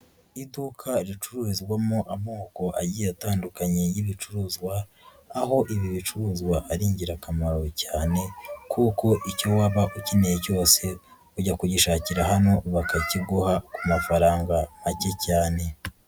Iduka ricururizwamo amoko agiye atandukanye y'ibicuruzwa, aho ibi bicuruzwa ari ingirakamaro cyane, kuko icyo waba ukeneye cyose, ujya kugishakira hano bakakiguha ku mafaranga ake cyane.